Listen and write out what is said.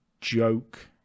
joke